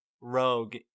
rogue